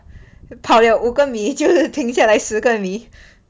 跑了五个米就停下来十个米